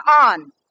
on